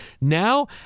now